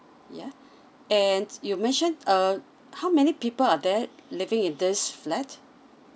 yeah and you mentioned uh how many people are there living in this flat